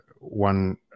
one